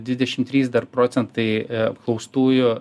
dvidešim trys dar procentai apklaustųjų